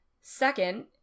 Second